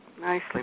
Nicely